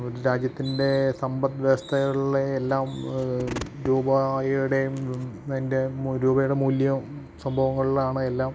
ഒരു രാജ്യത്തിൻ്റെ സമ്പദ്വ്യവസ്ഥകളിലെ എല്ലാം അത് രൂപയുടെ അതിൻ്റെ രൂപയുടെ മൂല്യം സംഭവങ്ങളിലാണ് എല്ലാം